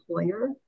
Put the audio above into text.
employer